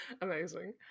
amazing